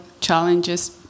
challenges